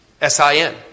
S-I-N